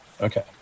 Okay